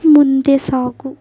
ಮುಂದೆ ಸಾಗು